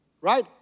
right